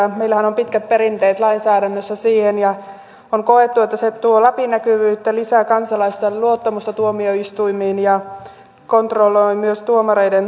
meillähän on pitkät perinteet lainsäädännössä siihen ja on koettu että se tuo läpinäkyvyyttä lisää kansalaisten luottamusta tuomioistuimiin ja kontrolloi myös tuomareiden toimintaa